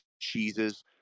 cheeses